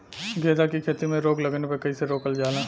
गेंदा की खेती में रोग लगने पर कैसे रोकल जाला?